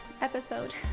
episode